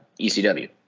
ECW